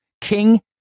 King